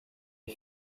est